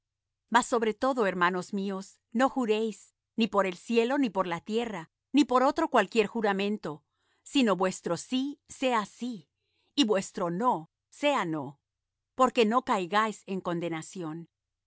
mas sobre todo hermanos míos no juréis ni por el cielo ni por la tierra ni por otro cualquier juramento sino vuestro sí sea sí y vuestro no sea no porque no caigáis en condenación